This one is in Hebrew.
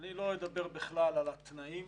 אני לא אדבר בכלל על התנאים